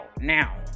now